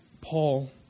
Paul